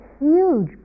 huge